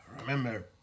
Remember